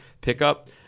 pickup